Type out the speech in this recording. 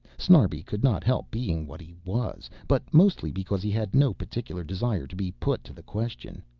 snarbi could not help being what he was, but mostly because he had no particular desire to be put to the question.